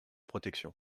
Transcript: protection